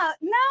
No